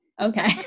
Okay